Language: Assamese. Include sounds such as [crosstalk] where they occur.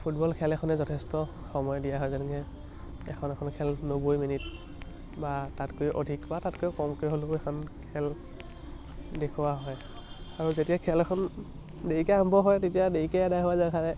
ফুটবল খেল এখনে যথেষ্ট সময় দিয়া হয় যেনেকৈ এখন এখন খেল নব্বৈ মিনিট বা তাতকৈও অধিক বা তাতকৈও কমকৈ হ'লেও এখন খেল দেখুওৱা হয় আৰু যেতিয়া খেল এখন দেৰিকৈ আৰম্ভ হয় তেতিয়া দেৰিকেই এদাই হোৱা [unintelligible]